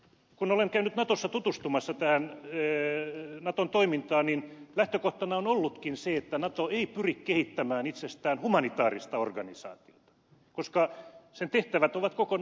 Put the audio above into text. kun olen käynyt natossa tutustumassa tähän naton toimintaan niin lähtökohtana on ollutkin se että nato ei pyri kehittämään itsestään humanitaarista organisaatiota koska sen tehtävät ovat kokonaan muut